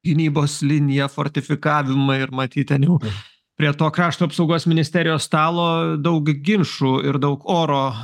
gynybos linija fortifikavimai ir matyt ten jų prie to krašto apsaugos ministerijos stalo daug ginčų ir daug oro